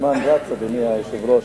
הזמן רץ, אדוני היושב-ראש.